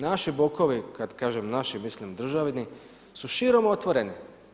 Naši bokovi, kad kažem naši, mislim državni su širom otvoreni.